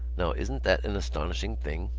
now isn't that an astonishing thing?